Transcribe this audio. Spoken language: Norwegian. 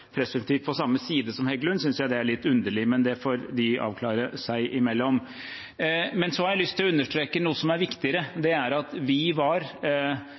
på samme side som Heggelund, synes jeg det er litt underlig, men det får de avklare seg imellom. Men jeg har lyst til å understreke noe som er viktigere – jeg snakker for Arbeiderpartiet, men jeg fikk nettopp bekreftet at